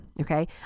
okay